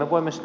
eli